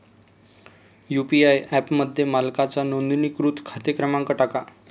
UPI ॲपमध्ये मालकाचा नोंदणीकृत खाते क्रमांक टाका